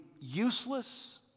useless